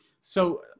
So-